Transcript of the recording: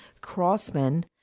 Crossman